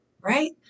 right